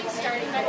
starting